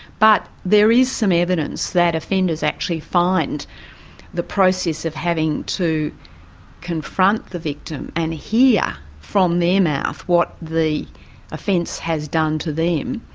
but there is some evidence that offenders actually find the process of having to confront the victim and hear from their mouth what the offence has done to them,